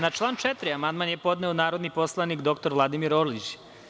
Na član 4. amandman je podneo narodni poslanik dr Vladimir Orlić.